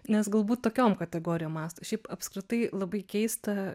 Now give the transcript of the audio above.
nes galbūt tokiom kategorijom mąsto šiaip apskritai labai keista